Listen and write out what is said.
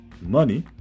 money